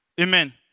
Amen